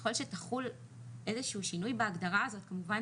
ככל שיחול איזה שהוא שינוי בהגדרה הזאת כמובן